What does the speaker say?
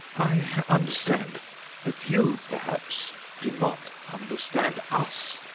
i understand but you, perhaps, do not understand us.